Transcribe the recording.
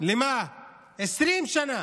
למעלה מ-20 שנה